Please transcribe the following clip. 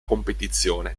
competizione